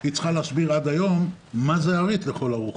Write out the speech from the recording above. היא צריכה להסביר עד היום מה זה ארית לכל הרוחות,